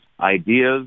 ideas